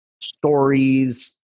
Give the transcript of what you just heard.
stories